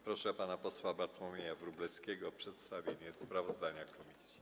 Proszę pana posła Bartłomieja Wróblewskiego o przedstawienie sprawozdania komisji.